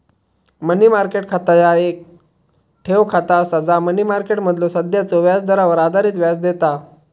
मनी market खाता ह्या येक ठेव खाता असा जा मनी मार्केटमधलो सध्याच्यो व्याजदरावर आधारित व्याज देता